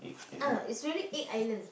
uh it's really egg island